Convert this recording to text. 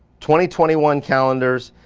twenty twenty one calendars.